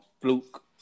fluke